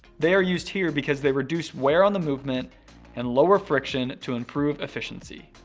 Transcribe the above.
they are used here because they reduce wear on the movement and lower friction to improve efficiency.